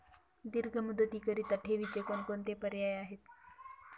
दीर्घ मुदतीकरीता ठेवीचे कोणकोणते पर्याय आहेत?